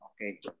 Okay